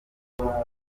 urukundo